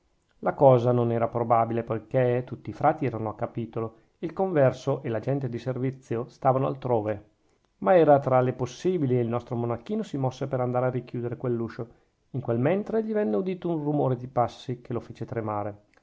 la cosa non era probabile poichè tutti i frati erano a capitolo e il converso e la gente di servizio stavano altrove ma era tra le possibili e il nostro monachino si mosse per andare a richiudere quell'uscio in quel mentre gli venne udito un rumore di passi che lo fece tremare